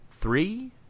three